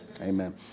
Amen